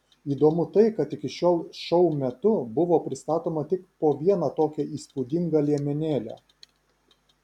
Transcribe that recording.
įdomu tai kad iki šiol šou metu buvo pristatoma tik po vieną tokią įspūdingą liemenėlę